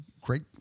great